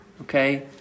Okay